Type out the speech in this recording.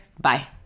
Bye